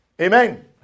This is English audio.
Amen